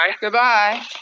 Goodbye